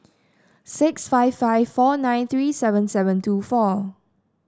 six five five four nine three seven seven two four